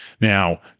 Now